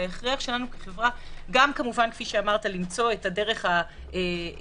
וההכרח שלנו כחברה גם למצוא את הדרך להוקרה